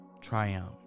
Triumph